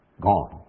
gone